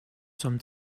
some